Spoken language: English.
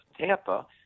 Tampa